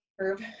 curve